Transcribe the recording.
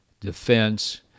defense